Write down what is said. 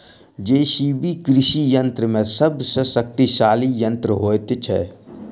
JCB कृषि यंत्र मे सभ सॅ शक्तिशाली यंत्र होइत छै